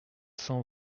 cent